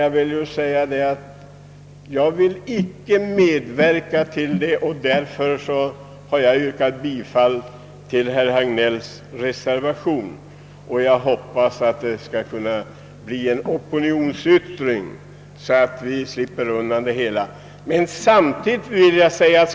Jag vill dock inte medverka till att riksdagen förläggs till kvarteret Garnisonen och därför har jag yrkat bifall till reservationen av herr Hagnell. Jag hoppas att det skall bli en sådan opinionsyttring att vi slipper godta en förläggning av riksdagen till Östermalm.